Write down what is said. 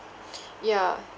yeah